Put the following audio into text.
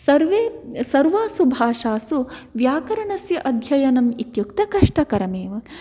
सर्वे सर्वासु भाषासु व्याकरणस्य अध्ययनमित्युक्ते कष्टकरमेव